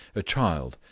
a child,